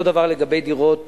אותו דבר לגבי דירות